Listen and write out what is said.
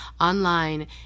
Online